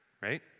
right